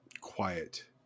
quiet